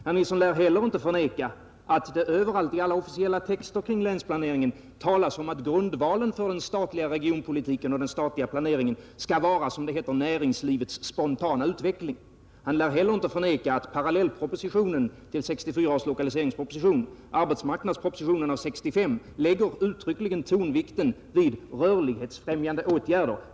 Herr Nilsson lär heller inte kunna förneka att det överallt i alla officiella texter kring länsplaneringen talas om att grundvalen för den statliga regionpolitiken och den statliga planeringen skall vara, som det heter, näringslivets spontana utveckling. Inte heller torde han förneka att parallellpropositionen till 1964 års lokaliseringsproposition, arbetsmarknadspropositionen av år 1965, uttryckligen lägger tonvikten vid rörlighetsfrämjande åtgärder.